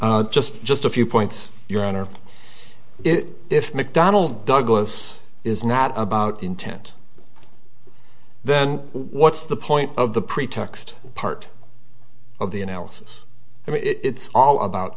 just just a few points your honor it if mcdonnell douglas is not about intent then what's the point of the pretext part of the analysis it's all about